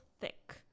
thick